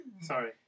Sorry